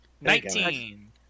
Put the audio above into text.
Nineteen